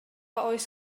oes